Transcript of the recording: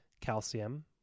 calcium